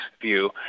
view